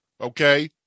okay